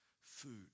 food